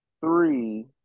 three